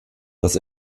das